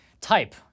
Type